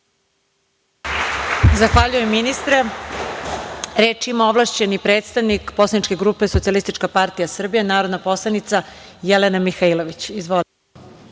Zahvaljujem, ministre. Reč ima ovlašćeni predstavnik Poslaničke grupe Socijalističke partije Srbije, narodna poslanica Jelena Mihailović. Izvolite.